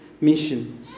Mission